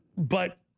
but